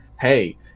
Hey